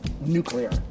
nuclear